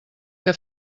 que